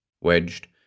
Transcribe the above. Wedged